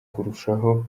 kurushaho